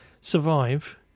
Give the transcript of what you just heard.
survive